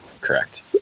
Correct